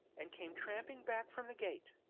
and came tramping back from the gate,